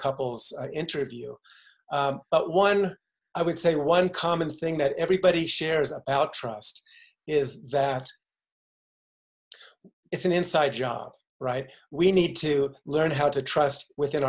couple's interview but one i would say one common thing that everybody shares about trust is that it's an inside job right we need to learn how to trust within